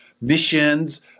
missions